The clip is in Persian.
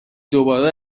دوباره